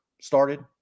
started